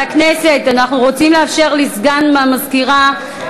אני הצבעתי,